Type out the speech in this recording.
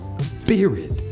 spirit